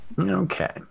Okay